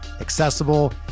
accessible